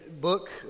book